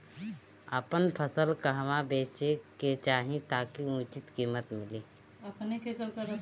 आपन फसल कहवा बेंचे के चाहीं ताकि उचित कीमत मिली?